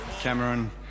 Cameron